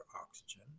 oxygen